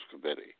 committee